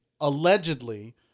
allegedly